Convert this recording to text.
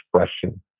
expression